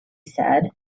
said